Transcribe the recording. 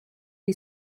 gli